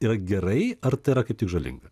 yra gerai ar tai yra kaip tik žalinga